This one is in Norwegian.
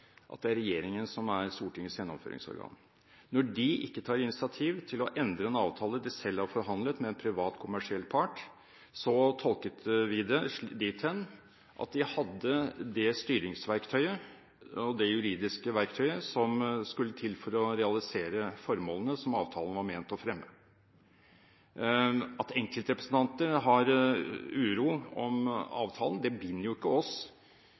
at det er regjeringen som er Stortingets gjennomføringsorgan. Når den ikke tar initiativ til å endre en avtale den selv har forhandlet med en privat kommersiell part, tolket vi det dithen at den hadde det styringsverktøyet og det juridiske verktøyet som skulle til for å realisere formålene som avtalen var ment å fremme. At enkeltrepresentanter føler uro over avtalen, binder ikke oss